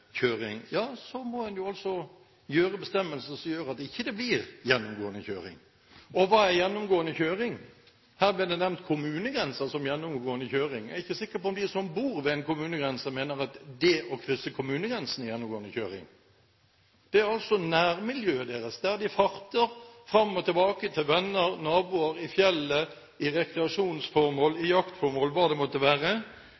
må en altså ta bestemmelser som gjør at det ikke blir gjennomgående kjøring. Og hva er gjennomgående kjøring? Her ble det nevnt kryssing av kommunegrenser som gjennomgående kjøring. Jeg er ikke sikker på om de som bor ved en kommunegrense, mener at det å krysse kommunegrensen er gjennomgående kjøring. Det er altså nærmiljøet deres, der de farter fram og tilbake til venner, til naboer, i fjellet i